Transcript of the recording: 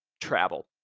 travel